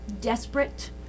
desperate